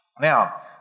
Now